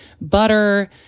butter